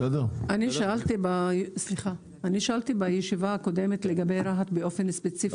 אני שאלתי בישיבה הקודמת לגבי רהט באופן ספציפי.